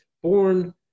Born